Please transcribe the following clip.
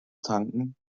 tanken